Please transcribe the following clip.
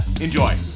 Enjoy